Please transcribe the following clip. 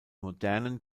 modernen